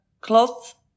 cloth